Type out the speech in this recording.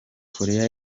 koreya